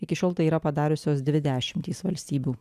iki šiol tai yra padariusios dvi dešimtys valstybių